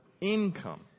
income